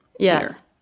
Yes